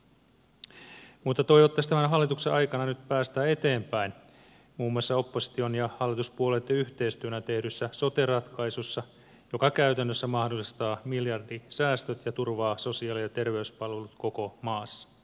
mutta toivottavasti tämän hallituksen aikana nyt päästään eteenpäin muun muassa opposition ja hallituspuolueitten yhteistyönä tehdyssä sote ratkaisussa joka käytännössä mahdollistaa miljardisäästöt ja turvaa sosiaali ja terveyspalvelut koko maassa